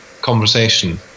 conversation